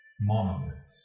monoliths